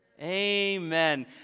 Amen